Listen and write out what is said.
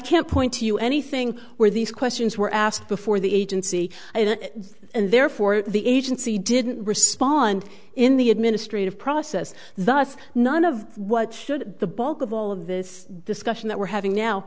can't point to anything where these questions were asked before the agency and therefore the agency didn't respond in the administrative process thus none of what should the bulk of all of this discussion that we're having now